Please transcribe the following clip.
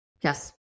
Yes